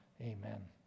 Amen